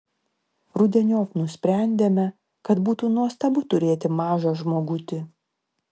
rudeniop nusprendėme kad būtų nuostabu turėti mažą žmogutį